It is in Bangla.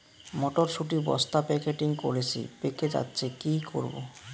মটর শুটি বস্তা প্যাকেটিং করেছি পেকে যাচ্ছে কি করব?